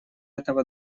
этого